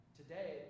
today